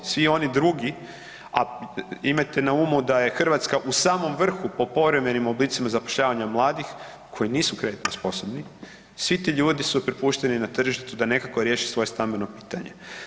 Svi oni drugi, a imajte na umu da je Hrvatska u samom vrhu po povremenim oblicima zapošljavanja mladih koji nisu kreditno sposobni, svi ti ljudi su prepušteni na tržištu da nekako riješe svoje stambeno pitanje.